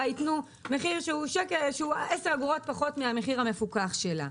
יתנו מחיר שהוא 10 אגורות פחות מהמחיר המפוקח שלה.